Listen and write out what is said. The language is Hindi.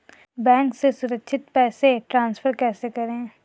बैंक से सुरक्षित पैसे ट्रांसफर कैसे करें?